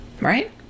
right